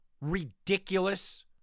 ridiculous